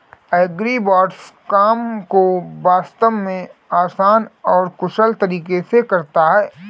agribots काम को वास्तव में आसान और कुशल तरीके से करता है